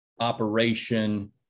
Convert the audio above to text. operation